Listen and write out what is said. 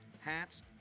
hats